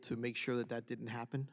to make sure that that didn't happen